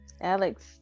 Alex